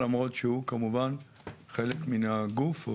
למרות שהוא כמובן חלק מן הגוף,